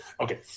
okay